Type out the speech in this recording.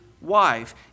wife